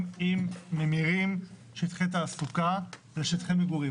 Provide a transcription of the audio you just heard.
אם ממירים שטחי תעסוקה לשטחי מגורים.